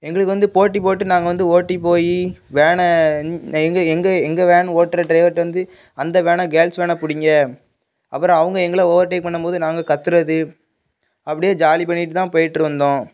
எங்களுக்கு வந்து போட்டி போட்டு நாங்கள் வந்து ஓட்டி போய் வேனை எங்க எங்கள் எங்கள் எங்கள் வேன் ஓட்டுற ட்ரைவர்ட்ட வந்து அந்த வேனை கேர்ள்ஸ் வேனை பிடிங்க அப்புறம் அவங்க எங்களை ஓவர் டேக் பண்ணும் போது நாங்கள் கத்துவது அப்படியே ஜாலி பண்ணிட்டு தான் போய்ட்டுருந்தோம்